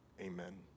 Amen